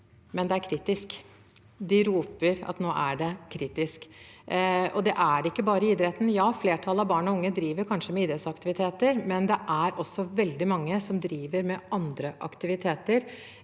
er likevel kritisk. De roper at nå er det kritisk, og det er det ikke bare i idretten. Flertallet av barn og unge driver kanskje med idrettsaktiviteter, men det er også veldig mange som driver med andre aktiviteter,